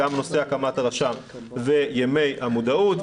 גם בנושא הקמת הרשם וימי המודעות.